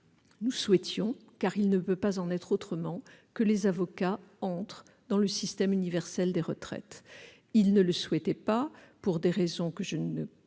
Nous souhaitions, car il ne peut pas en être autrement, que les avocats entrent dans le système universel des retraites. Ils ne le souhaitaient pas, pour des raisons que je puis